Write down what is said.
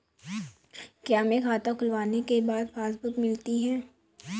क्या हमें खाता खुलवाने के बाद पासबुक मिलती है?